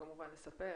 לספר